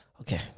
Okay